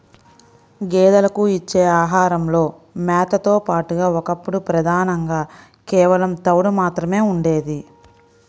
గేదెలకు ఇచ్చే ఆహారంలో మేతతో పాటుగా ఒకప్పుడు ప్రధానంగా కేవలం తవుడు మాత్రమే ఉండేది